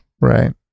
right